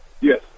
Yes